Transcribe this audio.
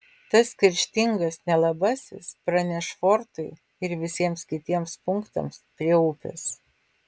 tas kerštingas nelabasis praneš fortui ir visiems kitiems punktams prie upės